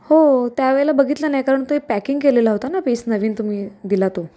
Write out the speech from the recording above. हो त्या वेळेला बघितलं नाही कारण तुम्ही पॅकिंग केलेलं होतं ना पीस नवीन तुम्ही दिला तो